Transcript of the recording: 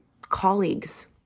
colleagues